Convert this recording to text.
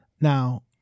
Now